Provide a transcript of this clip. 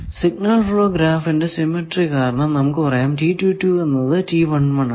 signal flow ഗ്രാഫിന്റെ symmetry കാരണം നമുക്ക് പറയാം എന്നത് ആണ്